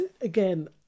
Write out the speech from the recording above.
again